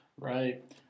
Right